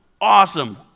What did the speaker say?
awesome